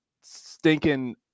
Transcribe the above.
stinking